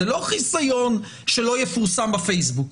זה לא חיסיון שלא יפורסם בפייסבוק,